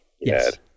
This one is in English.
Yes